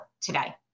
today